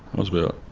was about,